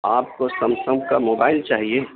آپ کو سمسنگ کا موبائل چاہیے